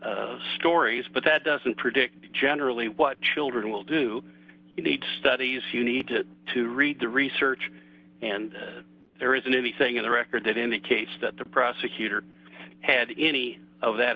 stories but that doesn't predict generally what children will do you need studies you need to to read the research and there isn't anything in the record that indicates that the prosecutor had any of that